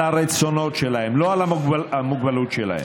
על הרצונות שלהם, לא על המוגבלות שלהם,